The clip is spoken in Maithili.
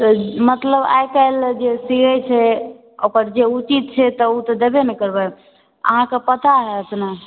मतलब आइकाल्हि जे सीऐ छै ओकर जे उचित छै ओ तऽ देबे ने करबै अहाँकेँ पता होयत ने